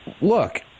look